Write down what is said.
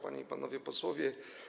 Panie i Panowie Posłowie!